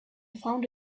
found